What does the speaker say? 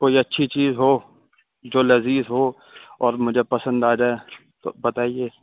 کوئی اچھی چیز ہو جو لذیذ ہو اور مجھے پسند آ جائے تو بتائیے